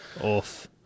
off